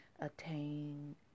attain